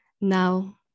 Now